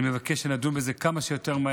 אני מבקש שנדון בזה כמה שיותר מהר.